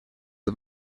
del